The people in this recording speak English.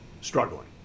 struggling